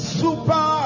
super